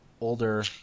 Older